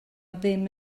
ddim